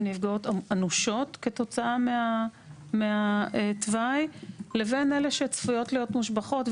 ונפגעות אנושות כתוצאה מהתוואי לבין אלה שצפויות להיות מושבחות.